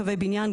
קווי בניין,